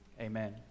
Amen